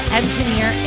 engineer